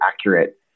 accurate